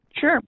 Sure